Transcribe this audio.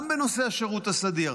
גם בנושא השירות הסדיר.